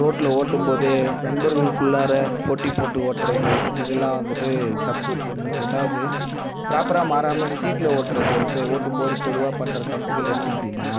ரோட்டில் ஓட்டும்போதே நண்பர்களுக்கு உள்ளார போட்டி போட்டு ஓட்டுறது இதெல்லாம் வந்துட்டு தப்பு ஒன்று இரண்டாவது பிராப்பராக மாறாமல் ஸ்ட்ரீட்டில் ஓட்டுறது ஓட்டும்போது பொதுவாக பண்ணுற தப்புகள் என்ன அப்படினா